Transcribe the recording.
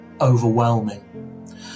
overwhelming